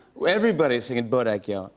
everybody's singing bodak yellow.